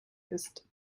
ist